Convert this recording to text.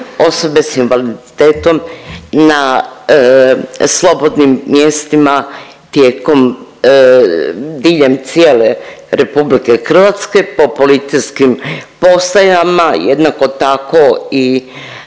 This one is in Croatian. osobe s invaliditetom na slobodnim mjestima tijekom diljem cijele RH po policijskim postajama. Jednako tako u